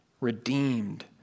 Redeemed